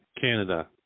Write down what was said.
Canada